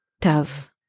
Tav